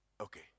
Okay